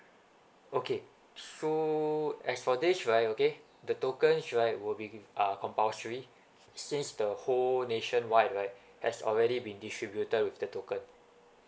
okay so as for this right okay the tokens right will be uh compulsory since the whole nation wide right has already been distributed with the token